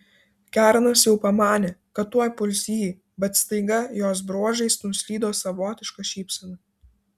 kernas jau pamanė kad tuoj puls jį bet staiga jos bruožais nuslydo savotiška šypsena